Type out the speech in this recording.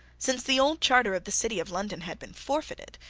since the old charter of the city of london had been forfeited,